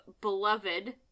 Beloved